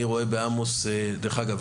דרך אגב,